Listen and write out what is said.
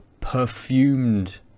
perfumed